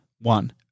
One